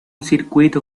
circuito